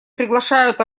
приглашают